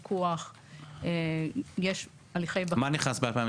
מה נכנס ב-2019?